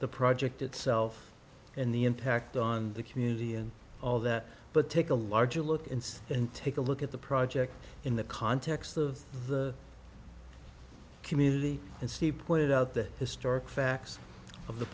the project itself and the impact on the community and all that but take a larger look inside and take a look at the project in the context of the community and see pointed out that historic facts of the